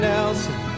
Nelson